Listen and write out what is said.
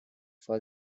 for